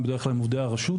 הם בדרך כלל עובדי הרשות.